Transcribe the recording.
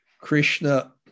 Krishna